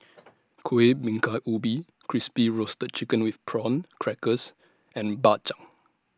Kueh Bingka Ubi Crispy Roasted Chicken with Prawn Crackers and Bak Chang